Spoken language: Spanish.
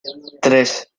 tres